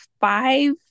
five